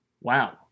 wow